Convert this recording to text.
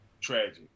tragic